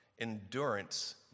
endurance